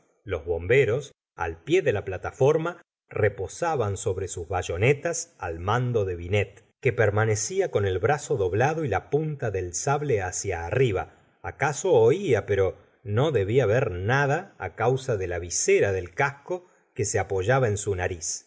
los bomberos al pie de la plataforma reposaban sobre sus bayonetas al mando de binet que permanecía con el brazo doblado y la punta del sable hacia arriba acaso oía pero no debla ver nada causa de la visera del casco que se apoyaba en su nariz